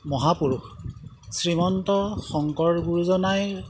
মহাপুৰুষ শ্ৰীমন্ত শংকৰ গুৰুজনাই